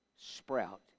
sprout